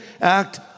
act